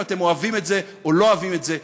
אם אתם אוהבים או לא אוהבים את זה,